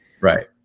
Right